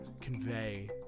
convey